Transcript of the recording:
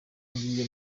ngiye